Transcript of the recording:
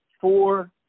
Four